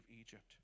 Egypt